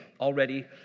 already